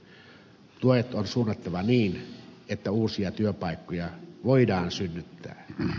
tuet on suunnattava niin että uusia työpaikkoja voidaan synnyttää